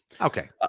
Okay